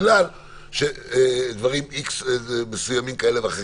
דברים מסוימים כאלה ואחרים,